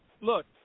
look